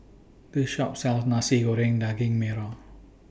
This Shop sells Nasi Goreng Daging Merah